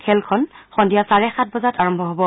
খেলখন সন্ধিয়া চাৰে সাত বজাত আৰম্ভ হ'ব